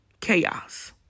chaos